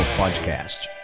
podcast